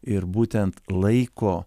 ir būtent laiko